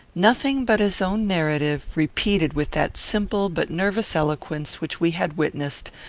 nothing but his own narrative, repeated with that simple but nervous eloquence which we had witnessed,